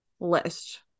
list